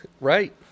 Right